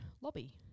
lobby